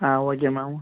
ah okay ma'am